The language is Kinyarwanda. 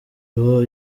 ubwo